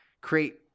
create